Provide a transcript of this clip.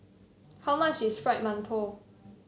how much is Fried Mantou